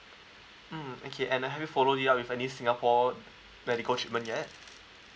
mm okay and uh have you follow up with any singapore medical treatment yet